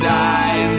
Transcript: die